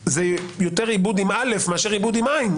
זה יותר איבוד באל"ף מאשר עיבוד בעי"ן.